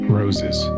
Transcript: roses